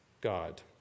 God